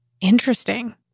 Interesting